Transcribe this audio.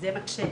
זה מקשה,